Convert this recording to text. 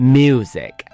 music